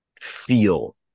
feel